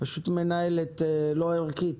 פשוט מנהלת לא ערכית.